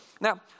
Now